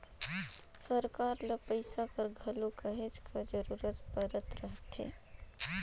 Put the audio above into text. सरकार ल पइसा कर घलो कहेच कर जरूरत परत रहथे